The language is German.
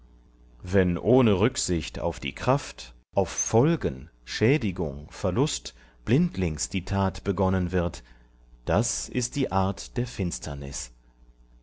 wenn ohne rücksicht auf die kraft auf folgen schädigung verlust blindlings die tat begonnen wird das ist die art der finsternis